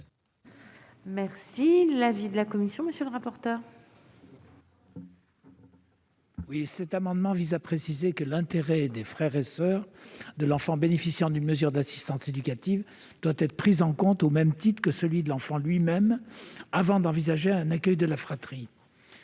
est l'avis de la commission ? Cet amendement vise à préciser que l'intérêt des frères et soeurs de l'enfant bénéficiant d'une mesure d'assistance éducative doit être pris en compte au même titre que celui de l'enfant lui-même avant d'envisager un accueil de la fratrie.